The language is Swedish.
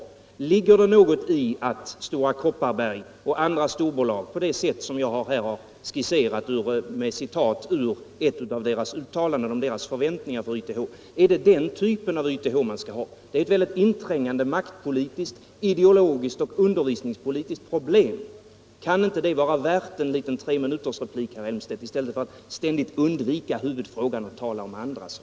Ligger det något i Kopparbergs och andra storbolags förväntningar på YTH, vilka jag har berört med citat ur ett av deras uttalanden? Är det den typen av YTH man skall ha? Det är ett mycket inträngande maktpolitiskt, ideologiskt och undervisningspolitiskt problem. Kan det inte vara värt att ägna det problemet en treminutersreplik, herr Elmstedt, i stället för att ständigt undvika huvudfrågan genom att tala om andra saker?